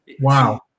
Wow